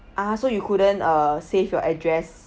ah so you couldn't err save your address